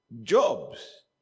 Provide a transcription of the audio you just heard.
Jobs